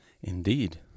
Indeed